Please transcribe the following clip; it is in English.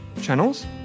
channels